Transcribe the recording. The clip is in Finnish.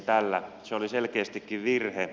se oli selkeästikin virhe